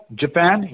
Japan